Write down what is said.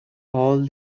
all